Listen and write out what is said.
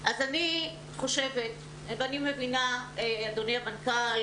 אני מבינה אדוני המנכ"ל